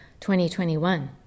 2021